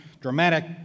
dramatic